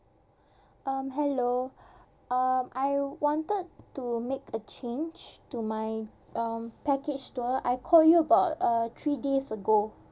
um hello um I wanted to make a change to my um package tour I called you about uh three days ago